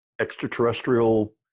extraterrestrial